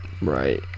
right